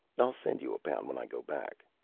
i'll send you a pound when i go back.